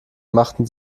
machten